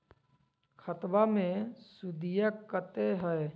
खतबा मे सुदीया कते हय?